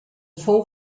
fou